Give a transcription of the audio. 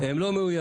הם לא מאוימים.